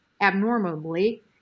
abnormally